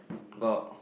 got